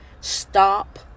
stop